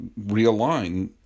realign